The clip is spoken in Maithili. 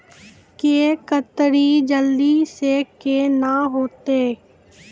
के केताड़ी जल्दी से के ना होते?